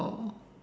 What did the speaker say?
oh